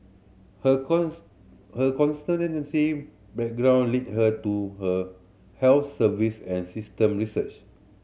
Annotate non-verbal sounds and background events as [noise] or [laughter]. her [unintelligible] her [unintelligible] background lead her to her health service and system research